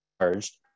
charged